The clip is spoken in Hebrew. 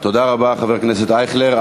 תודה רבה, חבר הכנסת אייכלר.